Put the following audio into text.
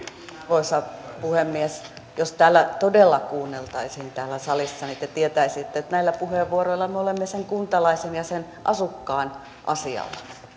arvoisa puhemies jos täällä salissa todella kuunneltaisiin niin te tietäisitte että näillä puheenvuoroilla me olemme kuntalaisen ja asukkaan asialla